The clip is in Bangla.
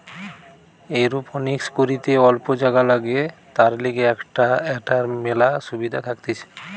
এরওপনিক্স করিতে অল্প জাগা লাগে, তার লিগে এটার মেলা সুবিধা থাকতিছে